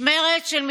את מה